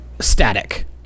static